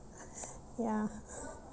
ya